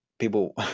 People –